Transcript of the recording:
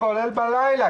כולל בלילה.